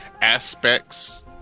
aspects